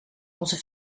onze